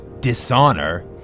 Dishonor